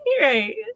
Right